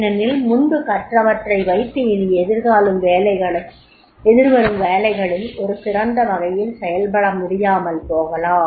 ஏனெனில் முன்பு கற்றவற்றைவைத்து இனி எதிர்வரும் வேலைகளல் ஒரு சிறந்த வகையில் செயல்பட முடியாமல் போகலாம்